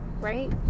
right